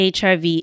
HIV